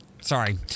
Sorry